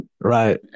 Right